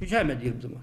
žemę dirbdamas